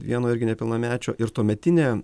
vieno irgi nepilnamečio ir tuometinė